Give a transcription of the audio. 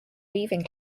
weaving